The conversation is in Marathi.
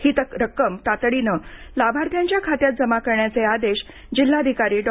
ही रक्कम तातडीने लाभार्थ्यांच्या खात्यात जमा करण्याचे आदेश जिल्हाधिकारी डॉ